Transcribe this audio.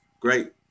great